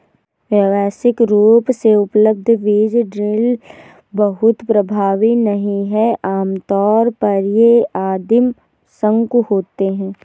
व्यावसायिक रूप से उपलब्ध बीज ड्रिल बहुत प्रभावी नहीं हैं आमतौर पर ये आदिम शंकु होते हैं